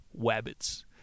Wabbits